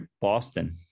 Boston